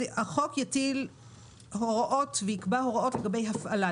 החוק יטיל הוראות ויקבע הוראות לגבי הפעלה.